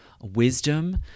wisdom